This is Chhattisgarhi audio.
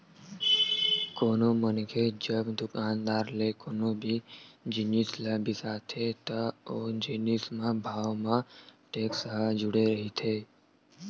कोनो मनखे जब दुकानदार ले कोनो भी जिनिस ल बिसाथे त ओ जिनिस म भाव म टेक्स ह जुड़े रहिथे